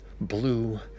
blue